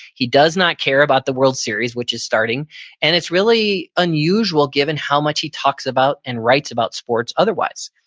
he does not care about the world series, which is starting and it's really unusual, given how much he talks about and writes about sports otherwise.